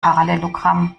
parallelogramm